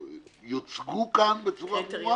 שיוצגו כאן בצורה ברורה